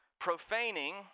Profaning